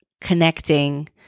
connecting